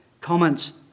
comments